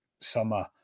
summer